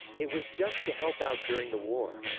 it was just to help out during the war.